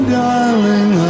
darling